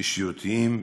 אישיותיים,